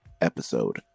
episode